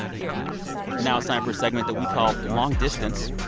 yeah now it's time for a segment that we call long distance